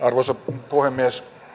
arvoisa puhemies